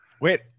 Wait